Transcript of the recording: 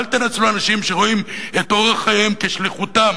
אל תנצלו אנשים שרואים את אורח חייהם כשליחותם.